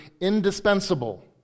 indispensable